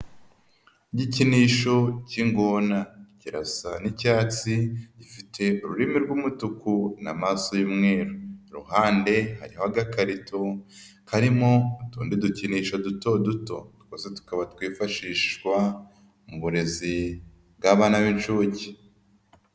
Igikinisho cy'ingona, kirasa n'icyatsi gifite ururimi rw'umutuku namaso y'umweru, ku ruhande hariho agakarito karimo utundi dukinisho duto duto, twose tukaba twifashishwa mu burezi bw'abana b'inshuke.